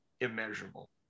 immeasurable